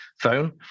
phone